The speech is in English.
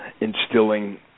instilling